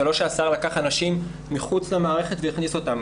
זה לא שהשר לקח אנשים מחוץ למערכת והכניס אותם.